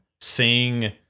seeing